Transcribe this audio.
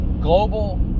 global